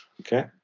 Okay